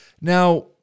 Now